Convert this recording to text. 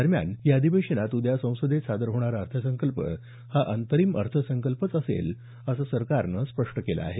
दरम्यान या अधिवेशनात उद्या संसदेत सादर होणारा अर्थसंकल्प हा अंतरिम अर्थसंकल्पच असेल असं सरकारनं स्पष्ट केलं आहे